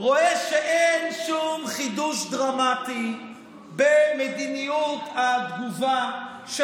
רואה שאין שום חידוש דרמטי במדיניות התגובה של